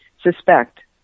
suspect